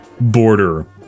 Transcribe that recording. border